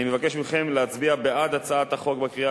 אני מבקש מכם להצביע בעד הצעת החוק בקריאה